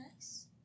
nice